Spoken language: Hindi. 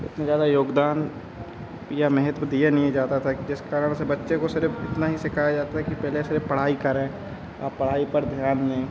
इतना ज़्यादा योगदान या महत्व दिया नहीं जाता था कि जिस कारण से बच्चे को सिर्फ इतना ही सिखाया जाता है कि पहले सिर्फ पढ़ाई करें आप पढ़ाई पर ध्यान दें